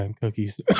cookies